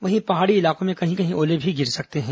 वहीं पहाड़ी इलाकों में कहीं कहीं ओले भी गिर सकते हैं